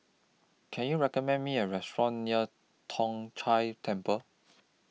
Can YOU recommend Me A Restaurant near Tong Whye Temple